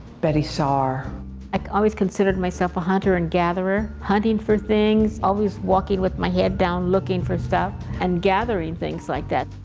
betye saar. i always considered myself a hunter and gatherer. hunting for things. always walking with my head down looking for stuff and gathering things like that.